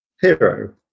Hero